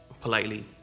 politely